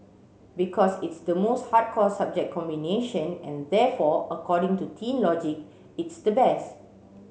because it's the most hardcore subject combination and therefore according to teen logic it's the best